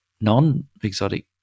non-exotic